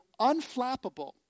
unflappable